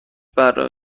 برنامه